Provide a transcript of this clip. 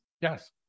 Yes